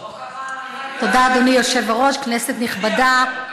לאה, לא, תודה, אדוני היושב-ראש, כנסת נכבדה.